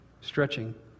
stretching